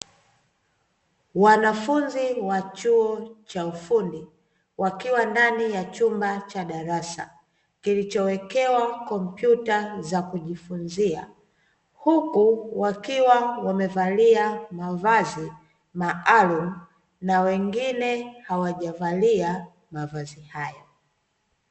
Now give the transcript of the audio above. Wanafunzi wa chuo cha ufundi, wakiwa ndani ya chumba cha darasa kilichowekewa kompyuta za kujifunzia, huku wakiwa wamevalia mavazi maalumu na wengine hawajavalia mavazi hayo.